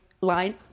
line